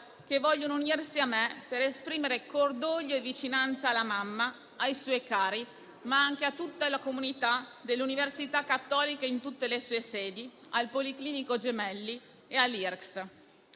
che vogliono unirsi a me per esprimere cordoglio e vicinanza alla mamma, ai suoi cari, ma anche a tutta la comunità dell'Università Cattolica in tutte le sue sedi, al Policlinico Gemelli e all'IRCCS.